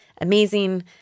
amazing